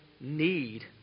need